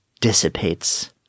dissipates